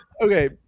okay